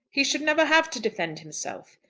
he should never have to defend himself.